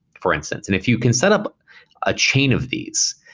for instance. and if you can set up a chain of these,